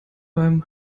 beim